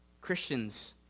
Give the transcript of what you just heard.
Christians